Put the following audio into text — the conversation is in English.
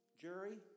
Jury